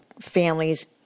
families